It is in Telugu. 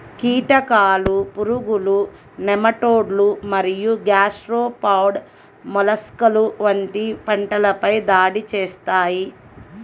కీటకాలు, పురుగులు, నెమటోడ్లు మరియు గ్యాస్ట్రోపాడ్ మొలస్క్లు వంటివి పంటలపై దాడి చేస్తాయి